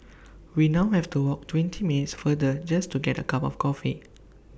we now have to walk twenty minutes farther just to get A cup of coffee